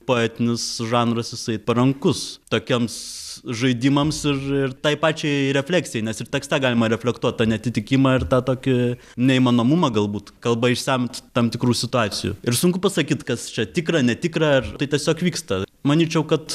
poetinis žanras jisai parankus tokiems žaidimams ir ir tai pačiai refleksijai nes ir tekste galima reflektuot tą neatitikimą ir tą tokį neįmanomumą galbūt kalba išsemt tam tikrų situacijų ir sunku pasakyt kas čia tikra netikra ar tai tiesiog vyksta manyčiau kad